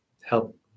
help